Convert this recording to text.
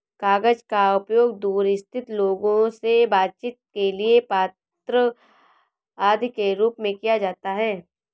कागज का उपयोग दूर स्थित लोगों से बातचीत के लिए पत्र आदि के रूप में किया जाता है